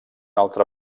altre